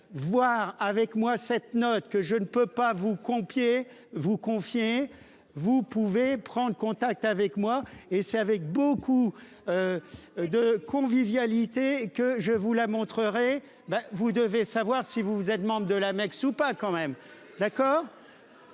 Voir avec moi cette note que je ne peux pas vous confier vous confier, vous pouvez prendre contact avec moi et c'est avec beaucoup. De convivialité que je vous la montrerai, ben vous devez savoir si vous vous êtes membre de la Mecque ou pas quand même. D'accord.